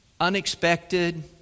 Unexpected